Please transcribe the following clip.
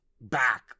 back